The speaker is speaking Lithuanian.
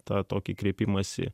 tą tokį kreipimąsi